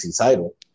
title